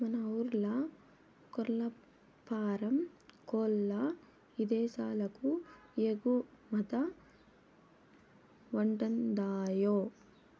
మన ఊర్ల కోల్లఫారం కోల్ల్లు ఇదేశాలకు ఎగుమతవతండాయ్